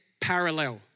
parallel